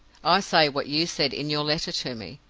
i say what you said in your letter to me,